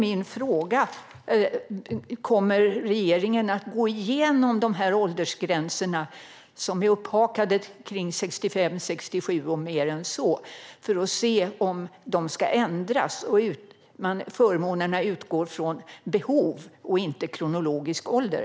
Min fråga är: Kommer regeringen att gå igenom åldersgränserna, som är upphakade kring 65 eller 67 och mer än så, för att se om de ska ändras och förmånerna utgå från behov, inte kronologisk ålder?